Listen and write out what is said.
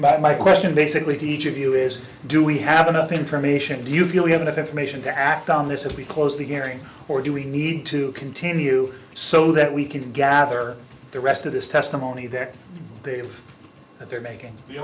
to my question basically to each of you is do we have enough information do you feel we have enough information to act on this if we close the gehring or do we need to continue so that we can gather the rest of this testimony that big that they're making the